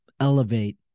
elevate